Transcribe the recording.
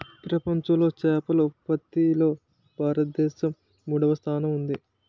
ప్రపంచంలో చేపల ఉత్పత్తిలో భారతదేశం మూడవ స్థానంలో ఉంది